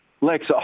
Lex